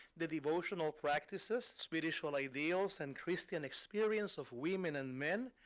the devotional practices, spiritual ideals, and christian experience of women and men,